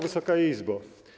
Wysoka Izbo!